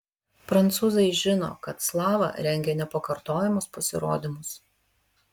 prancūzai žino kad slava rengia nepakartojamus pasirodymus